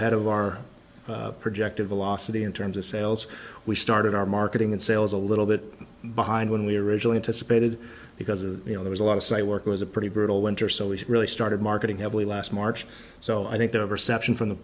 ahead of our projected velocity in terms of sales we started our marketing and sales a little bit behind when we originally anticipated because of you know there was a lot of site work was a pretty brutal winter so we really started marketing heavily last march so i think their perception from the